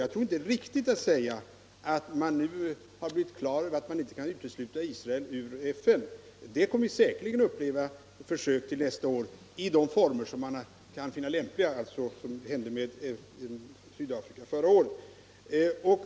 Jag tror inte det är riktigt att säga att man nu kommit till klarhet om att man inte kan utesluta Israel ur FN; vi kommer säkerligen att få uppleva försök till det nästa år i de former som kan befinnas lämpliga, liksom det hände med Sydafrika förra året.